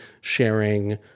sharing